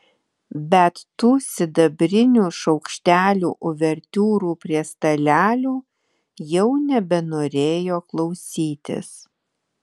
bet tų sidabrinių šaukštelių uvertiūrų prie stalelių jau nebenorėjo klausytis